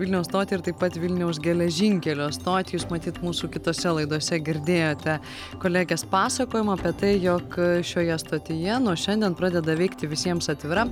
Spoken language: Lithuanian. vilniaus stotį ir taip pat vilniaus geležinkelio stotį jūs matyt mūsų kitose laidose girdėjote kolegės pasakojimą apie tai jog šioje stotyje nuo šiandien pradeda veikti visiems atvira